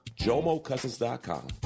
jomocousins.com